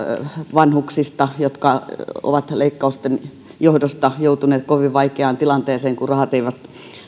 vanhuksilta jotka ovat leikkausten johdosta joutuneet kovin vaikeaan tilanteeseen kun rahat eivät